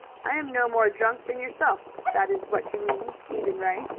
i am no more drunk than yourself, if that is what you mean, stephen ray.